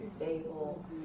stable